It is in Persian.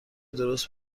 درست